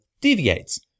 deviates